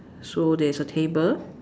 so there's a table